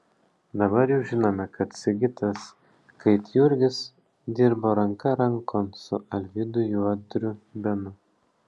dabar jau žinome kad sigitas gaidjurgis dirbo ranka rankon su alvydu juodriu benu